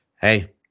hey